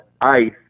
Ice